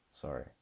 sorry